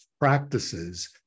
practices